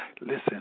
Listen